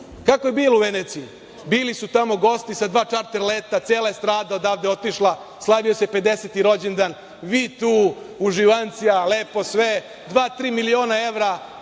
Kako je bilo u Veneciji? Bili su tamo gosti sa dva čarter leta, cela estrada odavde je tamo otišla. Slavio se pedeseti rođendan. Vi tu, uživancija, lepo sve, dva-tri miliona evra